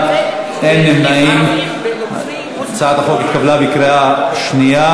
החוק עברה בקריאה השנייה.